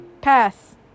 Pass